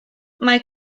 mae